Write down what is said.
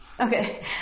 Okay